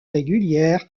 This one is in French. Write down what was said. régulières